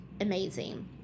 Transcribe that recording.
amazing